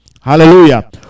hallelujah